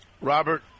Robert